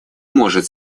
может